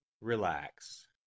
Relax